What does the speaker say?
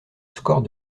score